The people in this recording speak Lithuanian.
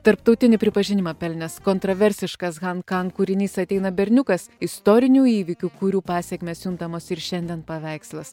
tarptautinį pripažinimą pelnęs kontraversiškas han kang kūrinys ateina berniukas istorinių įvykių kurių pasekmės juntamos ir šiandien paveikslas